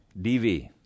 dv